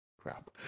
crap